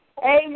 Amen